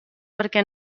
perquè